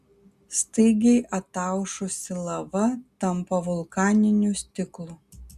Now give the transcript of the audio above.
staigiai ataušusi lava tampa vulkaniniu stiklu